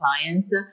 clients